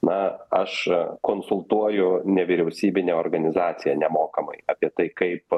na aš konsultuoju nevyriausybinę organizaciją nemokamai apie tai kaip